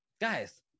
guys